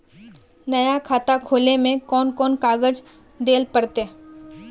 नया खाता खोले में कौन कौन कागज देल पड़ते?